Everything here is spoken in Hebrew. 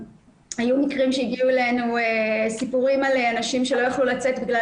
היו מקרים שהגיעו אלינו סיפורים על אנשים שלא יכלו לצאת בגלל